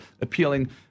appealing